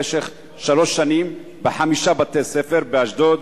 למשך שלוש שנים בחמישה בתי-ספר: באשדוד,